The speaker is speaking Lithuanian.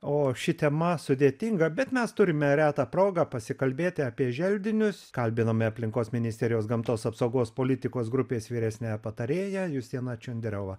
o ši tema sudėtinga bet mes turime retą progą pasikalbėti apie želdinius kalbinome aplinkos ministerijos gamtos apsaugos politikos grupės vyresniąją patarėją justiną čionderiovą